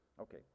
Okay